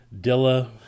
Dilla